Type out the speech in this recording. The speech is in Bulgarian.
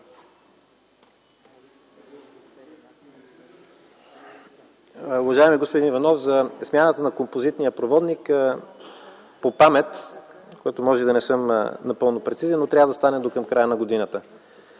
Уважаеми господин Иванов, смяната на композитния проводник по памет, може да не съм напълно прецизен, трябва да стане до края на годината.